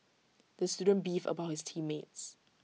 the student beefed about his team mates